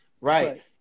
Right